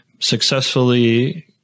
Successfully